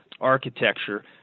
architecture